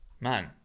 man